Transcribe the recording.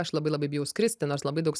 aš labai labai bijau skristi nors labai daug